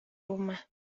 rumah